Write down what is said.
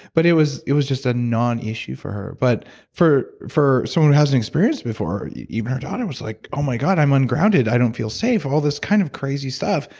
but it was it was just a non-issue for her. but for for someone who hasn't experienced it before, even her daughter was like, oh, my god, i'm ungrounded. i don't feel safe, all this kind of crazy stuff.